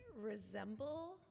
resemble